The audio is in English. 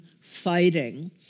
fighting